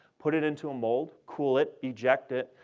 put it into a mold, cool it, eject it,